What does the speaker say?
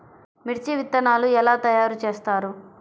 మిర్చి విత్తనాలు ఎలా తయారు చేస్తారు?